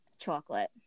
Chocolate